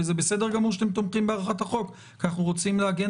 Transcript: וזה בסדר גמור שאתם תומכים בהארכת החוק כי אנחנו רוצים להגן